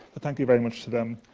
thank you very much to them.